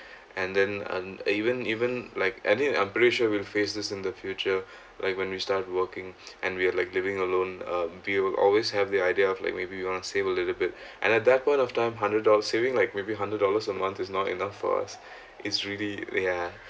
and then and even even like I mean I'm pretty sure we'll face this in the future like when we start working and we're like living alone um we'll always have the idea of like maybe you want to save a little bit and at that point of time hundred dollars saving like maybe hundred dollars a month is not enough for us is really ya